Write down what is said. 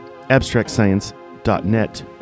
abstractscience.net